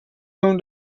whom